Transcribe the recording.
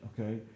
okay